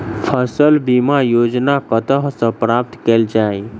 फसल बीमा योजना कतह सऽ प्राप्त कैल जाए?